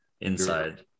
inside